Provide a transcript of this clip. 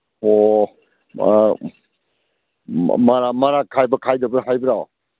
ꯑꯣ ꯃꯔꯥꯛ ꯈꯥꯏꯕ ꯈꯥꯏꯗꯕ꯭ꯔꯥ ꯍꯥꯏꯕ꯭ꯔꯣ